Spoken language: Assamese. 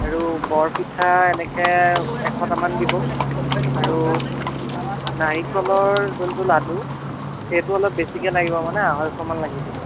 আৰু বৰপিঠা এনেকে এশটামান দিব আৰু নাৰিকলৰ যোনটো লাড়ু সেইটো অলপ বেছিকে লাগিব মানে আঢ়ৈশ মান লাগিব